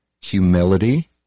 humility